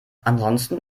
ansonsten